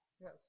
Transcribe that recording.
Yes